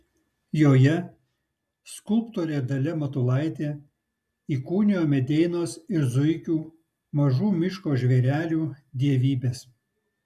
joje skulptorė dalia matulaitė įkūnijo medeinos ir zuikių mažų miško žvėrelių dievybes